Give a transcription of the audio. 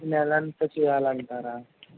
ఈ నెలంతా చేయాలంటారా